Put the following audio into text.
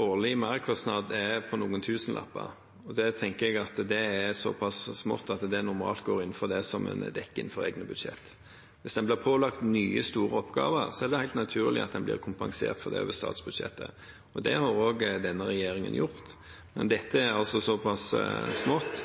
Årlig merkostnad er på noen tusenlapper, og det tenker jeg er såpass smått at det normalt går innenfor det som en dekker innenfor egne budsjetter. Hvis en blir pålagt nye store oppgaver, er det helt naturlig at en blir kompensert for det over statsbudsjettet, og det har også denne regjeringen gjort. Men dette er altså såpass smått